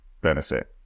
benefit